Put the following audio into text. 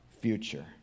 future